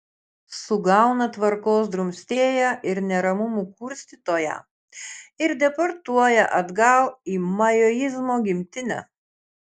sugauna tvarkos drumstėją ir neramumų kurstytoją ir deportuoja atgal į maoizmo gimtinę